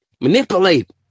Manipulate